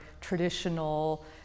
traditional